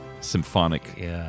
symphonic